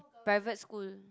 private school